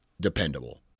dependable